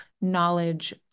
knowledge